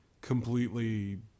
completely